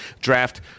draft